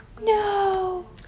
No